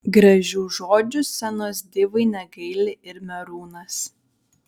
gražių žodžių scenos divai negaili ir merūnas